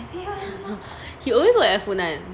he always live with it